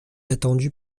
attendu